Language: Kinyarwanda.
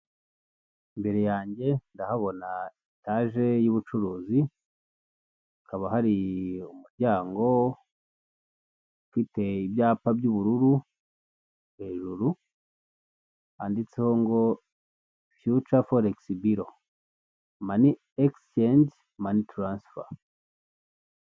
Imbere yanjye ndahabona etaje y'ubucuruzi, hakaba hari umuryango ufite ibyapa by'ubururu, hejuru handitseho ngo fiyuca foregisi biro. Mani egisicenji, mani taransifa.